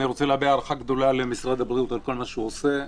אני רוצה להביע הערכה גדולה למשרד הבריאות על כל מה שהוא עושה,